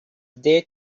there